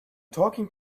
talking